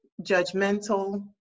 judgmental